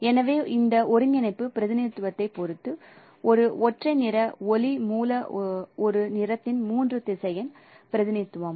எனவே இந்த ஒருங்கிணைப்பு பிரதிநிதித்துவத்தைப் பொறுத்து ஒரு ஒற்றை நிற ஒளி மூல ஒரு நிறத்தின் மூன்று திசையன் பிரதிநிதித்துவம்